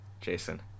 Jason